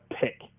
pick